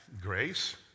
Grace